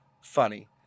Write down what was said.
funny